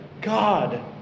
God